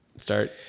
start